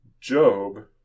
Job